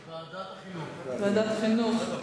ועדת החינוך.